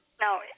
No